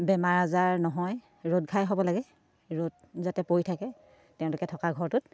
বেমাৰ আজাৰ নহয় ৰ'দ ঘাই হ'ব লাগে ৰ'দ যাতে পৰি থাকে তেওঁলোকে থকা ঘৰটোত